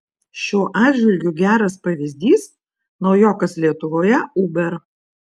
šiuo atžvilgiu geras pavyzdys naujokas lietuvoje uber